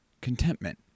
Contentment